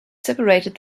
separated